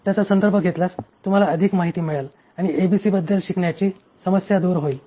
त्याचा संदर्भ घेतल्यास तुम्हाला अधिक माहिती मिळेल आणि एबीसीबद्दल शिकण्याची समस्या दूर होईल